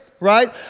right